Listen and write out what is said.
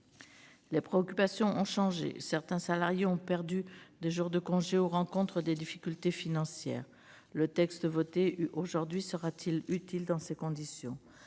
Les préoccupations ont changé, certains salariés ont perdu des jours de congé ou rencontrent des difficultés financières. Le texte voté aujourd'hui sera-t-il utile dans ces conditions ?